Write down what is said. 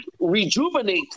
rejuvenate